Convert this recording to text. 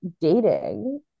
dating